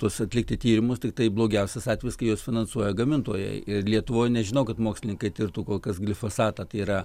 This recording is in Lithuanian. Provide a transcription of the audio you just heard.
tuos atlikti tyrimus tiktai blogiausias atvejis kai juos finansuoja gamintojai ir lietuvoj nežinau kad mokslininkai tirtų kol kas glifosatą tai yra